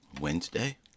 Wednesday